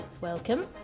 Welcome